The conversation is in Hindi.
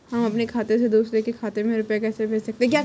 हम अपने खाते से दूसरे के खाते में रुपये कैसे भेज सकते हैं?